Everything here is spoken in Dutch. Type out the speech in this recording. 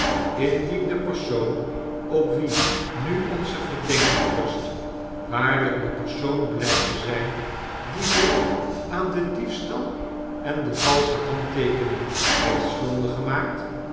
de persoon op wien nu onze verdenking rust waarljk de persoon blykt te zyn die zich aan den diefstal en de valsche handteekening heeft schuldig gemaakt